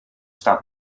staat